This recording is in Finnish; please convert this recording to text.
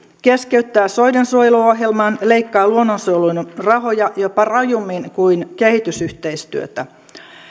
keskeyttää soidensuojeluohjelman leikkaa luonnonsuojelun rahoja jopa rajummin kuin kehitysyhteistyötä